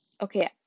Okay